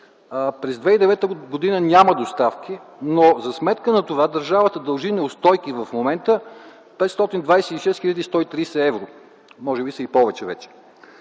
през 2009 г. няма доставки, но за сметка на това държавата дължи неустойки в момента в размер на 526 хил. 130 евро. Може би са и повече вече.